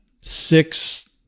six